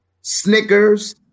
Snickers